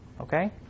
Okay